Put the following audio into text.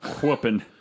whooping